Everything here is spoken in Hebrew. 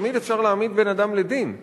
תמיד אפשר להעמיד בן-אדם לדין,